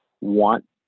want